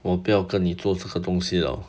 我不要跟你做这个东西 liao